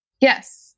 yes